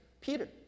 Peter